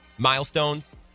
milestones